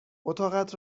اتاقت